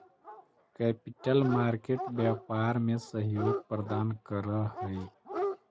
capital market व्यापार में सहयोग प्रदान करऽ हई